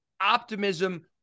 optimism